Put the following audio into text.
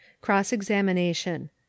cross-examination